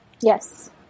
Yes